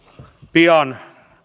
pian